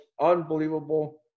Unbelievable